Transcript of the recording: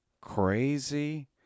crazy